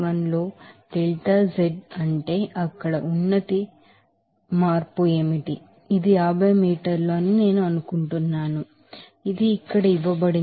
81 లో delta z అంటే అక్కడ ఎలేవేషన్ చేంజ్ ఏమిటి ఇది 50 మీటర్లు అని నేను అనుకుంటున్నాను ఇది ఇక్కడ ఇవ్వబడింది